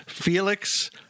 Felix